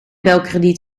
belkrediet